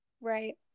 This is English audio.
Right